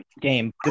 game